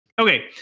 Okay